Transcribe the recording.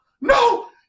no